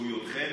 זכויותיכם